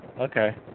okay